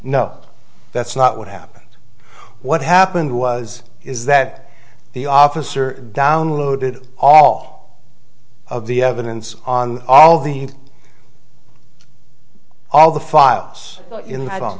no that's not what happened what happened was is that the officer downloaded all of the evidence on all the all the files